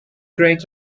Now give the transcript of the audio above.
great